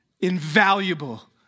invaluable